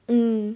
mm